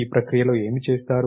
ఈ ప్రక్రియలో ఏమి చేస్తారు